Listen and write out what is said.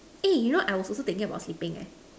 eh you know I was also thinking about sleeping eh